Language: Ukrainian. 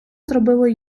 зробило